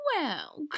Well